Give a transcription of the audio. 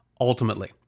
ultimately